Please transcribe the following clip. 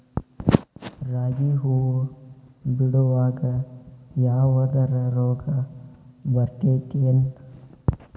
ರಾಗಿ ಹೂವು ಬಿಡುವಾಗ ಯಾವದರ ರೋಗ ಬರತೇತಿ ಏನ್?